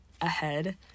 ahead